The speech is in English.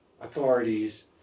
authorities